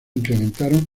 incrementaron